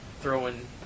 throwing